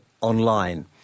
online